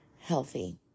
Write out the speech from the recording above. healthy